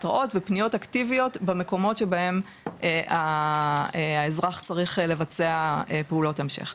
התראות ופניות אקטיביות במקומות שבהם האזרח צריך לבצע פעולות המשך.